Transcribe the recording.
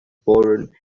boron